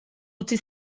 utzi